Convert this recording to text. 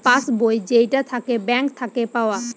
pass বই যেইটা থাকে ব্যাঙ্ক থাকে পাওয়া